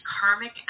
karmic